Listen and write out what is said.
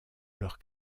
leur